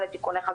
התנצלותי.